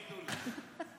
ייתנו לך.